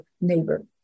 neighbor